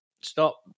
Stop